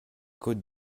côtes